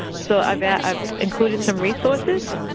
so i've yeah i've included some resources.